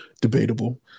Debatable